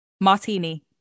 Martini